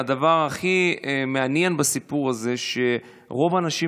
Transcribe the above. והדבר הכי מעניין בסיפור הזה הוא שרוב האנשים